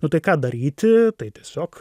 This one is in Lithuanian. nu tai ką daryti tai tiesiog